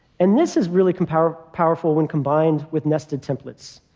and this is really powerful powerful when combined with nested templates.